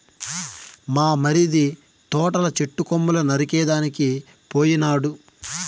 మా మరిది తోటల చెట్టు కొమ్మలు నరికేదానికి పోయినాడు